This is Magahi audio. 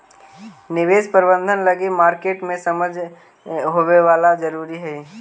निवेश प्रबंधन लगी मार्केट के समझ होवेला जरूरी हइ